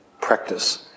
practice